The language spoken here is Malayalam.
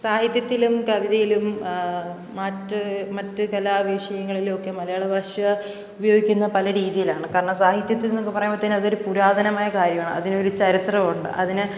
സാഹിത്യത്തിലും കവിതയിലും മറ്റു മറ്റു കലാ വിഷയങ്ങളിലൊക്കെ മലയാളഭാഷ ഉപയോഗിക്കുന്ന പല രീതിയിലാണ് കാരണം സാഹിത്യത്തിനൊക്കെ പറയുമ്പോഴത്തേനും അതൊരു പുരാതനമായ കാര്യമാണ് അതിനൊരു ചരിത്രമുണ്ട് അതിന്